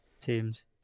teams